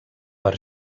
per